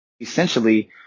essentially